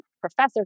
professor